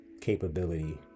capability